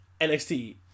NXT